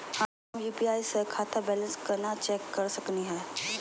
हम यू.पी.आई स खाता बैलेंस कना चेक कर सकनी हे?